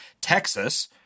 Texas